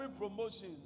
promotion